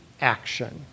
action